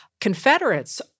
Confederates